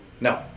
No